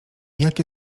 jakie